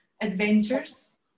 adventures